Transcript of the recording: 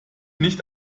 nicht